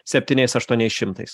septyniais aštuoniais šimtais